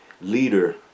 leader